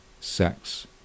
sex